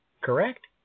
correct